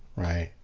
right?